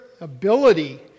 ability